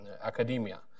academia